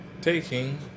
taking